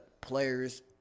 players